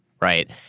Right